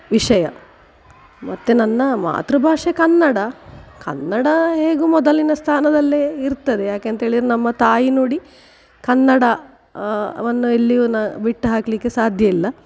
ವಿಷಯ ಮತ್ತು ನನ್ನ ಮಾತೃಭಾಷೆ ಕನ್ನಡ ಕನ್ನಡ ಹೇಗೂ ಮೊದಲಿನ ಸ್ಥಾನದಲ್ಲೇ ಇರ್ತದೆ ಯಾಕೆ ಅಂತ ಹೇಳಿದ್ರ್ ನಮ್ಮ ತಾಯಿನುಡಿ ಕನ್ನಡ ವನ್ನು ಎಲ್ಲಿಯೂ ನಾ ಬಿಟ್ಟು ಹಾಕಲಿಕ್ಕೆ ಸಾಧ್ಯವಿಲ್ಲ